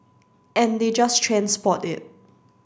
and they just transport it